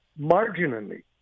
marginally